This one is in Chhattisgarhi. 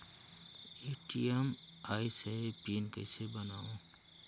ए.टी.एम आइस ह पिन कइसे बनाओ?